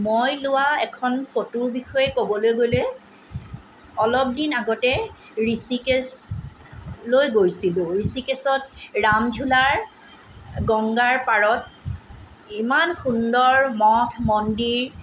মই লোৱা এখন ফটোৰ বিষয়ে ক'বলৈ গ'লে অলপদিন আগতে ঋষিকেশলৈ গৈছিলোঁ ঋষিকেশত ৰামঝোলাৰ গংগাৰ পাৰত ইমান সুন্দৰ মঠ মন্দিৰ